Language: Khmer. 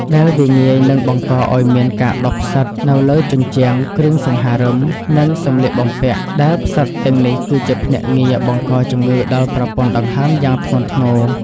ដែលវាងាយនឹងបង្កឱ្យមានការដុះផ្សិតនៅលើជញ្ជាំង គ្រឿងសង្ហារិម និងសំលៀកបំពាក់ ដែលផ្សិតទាំងនេះគឺជាភ្នាក់ងារបង្កជំងឺដល់ប្រព័ន្ធដង្ហើមយ៉ាងធ្ងន់ធ្ងរ។